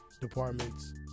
departments